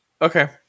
Okay